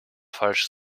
falsch